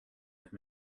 have